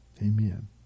Amen